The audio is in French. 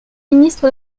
ministre